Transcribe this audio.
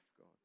God